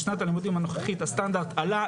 בשנת הלימודים הנוכחית עלה,